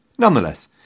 Nonetheless